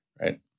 right